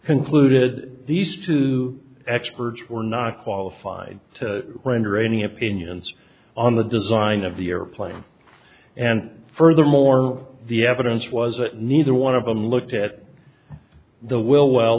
concluded that these two experts were not qualified to render any opinions on the design of the airplane and furthermore the evidence was that neither one of them looked at the will well